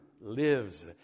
lives